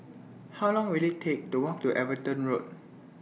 How Long Will IT Take to Walk to Everton Road